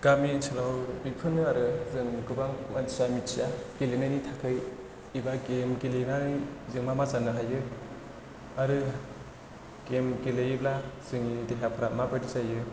गामि ओनसोलाव बिफोरनो आरो जों गोबां मानसिया मिथिया गेलेनायनि थाखाय एबा गेलेनानै जों मा मा जानो हायो आरो गेम गेलेयोब्ला जोंनि देहाफ्रा मा बायदि जायो